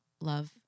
love